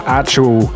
actual